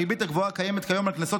הריבית הגבוהה הקיימת כיום על קנסות